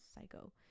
psycho